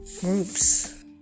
groups